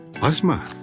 asma